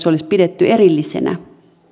olisi pidetty erillisenä